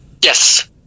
Yes